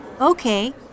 Okay